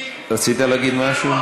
רצית להגיד משהו?